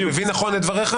אני מבין נכון את דבריך?